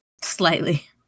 Slightly